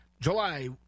July